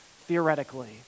theoretically